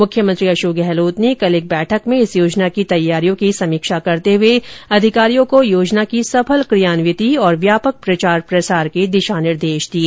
मुख्यमंत्री अशोक गहलोत ने कल एक बैठक में इस योजना की तैयारियों की समीक्षा करते हुए अधिकारियों को योजना की सफल क्रियान्विति और व्यापक प्रचार प्रसार करने के दिशा निर्देश दिए